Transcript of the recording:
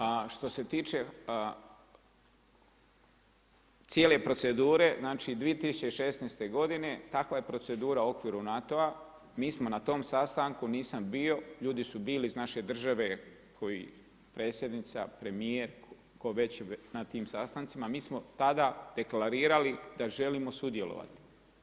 A što se tiče cijele procedure znači 2016. godine takva je procedura u okviru NATO-a, mi smo na tom sastanku, nisam bio, ljudi su bili iz naše države kao i predsjednica, premijer, tko već na tim sastancima, mi smo tada deklarirali da želimo sudjelovati.